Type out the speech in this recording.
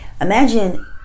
imagine